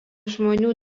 žmonių